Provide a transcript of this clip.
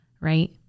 right